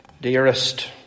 dearest